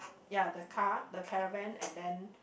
ya the car the caravan and then